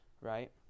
Right